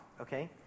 okay